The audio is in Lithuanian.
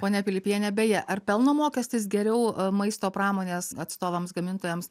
ponia pilipiene beje ar pelno mokestis geriau maisto pramonės atstovams gamintojams